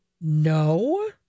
No